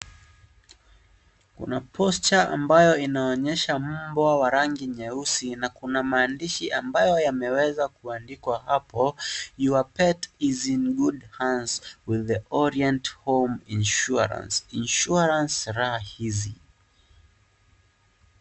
Kuna poster ambayo inaonyesha mbwa wa rangi nyeusi na kuna maandishi ambayo yemeweza kuandikwa hapo, Your pet is in good hands, with the orient home insurance, insurance rah-easy